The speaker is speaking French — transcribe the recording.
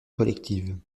collective